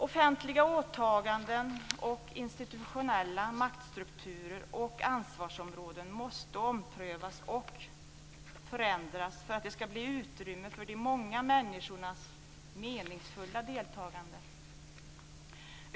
Offentliga åtaganden och institutionella maktstrukturer och ansvarsområden måste omprövas och förändras för att det ska bli utrymme för de många människornas meningsfulla deltagande.